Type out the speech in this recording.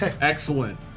Excellent